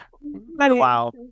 Wow